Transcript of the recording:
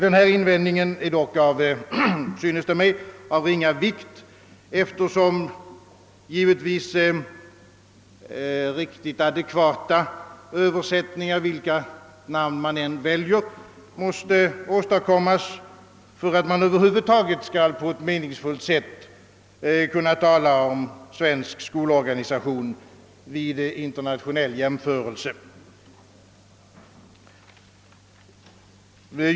Denna invändning synes mig dock vara av ringa vikt, eftersom givetvis riktigt adekvata översättningar, vilket namn man än väljer, måste åstadkommas för att man över huvud taget på ett meningsfullt sätt skall kunna tala om svensk skolorganisation i internationell jämförelse.